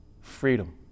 Freedom